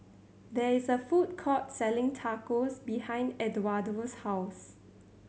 there is a food court selling Tacos behind Edwardo's house